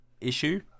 issue